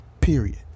Period